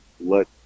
let